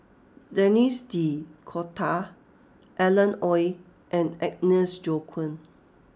Denis D'Cotta Alan Oei and Agnes Joaquim